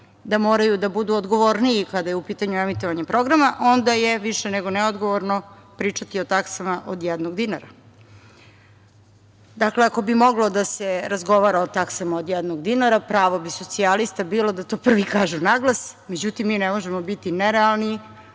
da moraju da budu odgovorniji kada je u pitanju emitovanje programa, onda je više nego neodgovorno pričati o taksama od jednog dinara. Dakle, ako bi moglo da se razgovara o taksama od jednog dinara pravo bi socijalista bilo da to prvi kažu naglas, međutim mi ne možemo biti nerealni,